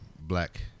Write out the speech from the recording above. black